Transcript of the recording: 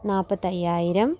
നാല്പത്തി അയ്യായിരം